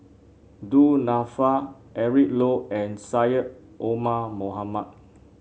Du Nanfa Eric Low and Syed Omar Mohamed